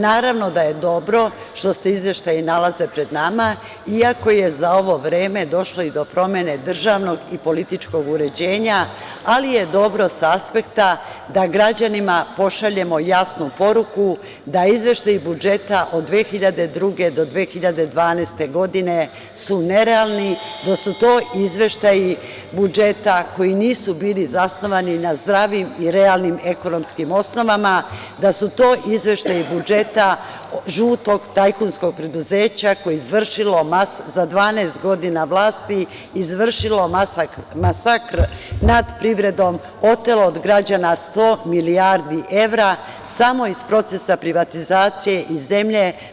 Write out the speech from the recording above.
Naravno da je dobro što se izveštaji nalaze pred nama, iako je za ovo vreme došlo i do promene državnog i političkog uređenja, ali je dobro sa aspekta da građanima pošaljemo jasnu poruku da izveštaji budžeta od 2002. do 2012. godine su nerealni, da su to izveštaji budžeta koji nisu bili zasnovani na zdravim i realnim ekonomskim osnovama, da su to izveštaji budžeta žutog tajkunskog preduzeća, koje je izvršilo, za 12 godina vlasti, izvršilo masakr nad privredom, otelo od građana 100 milijardi evra samo iz procesa privatizacije i zemlje.